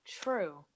true